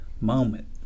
moment